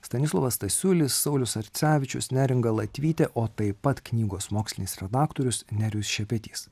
stanislovas stasiulis saulius sarcevičius neringa latvytė o taip pat knygos mokslinis redaktorius nerijus šepetys